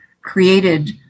created